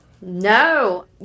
No